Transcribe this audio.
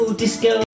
disco